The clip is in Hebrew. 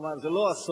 כלומר, זה לא אסון.